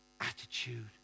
Attitude